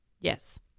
Yes